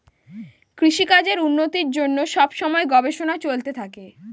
কৃষিকাজের উন্নতির জন্য সব সময় গবেষণা চলতে থাকে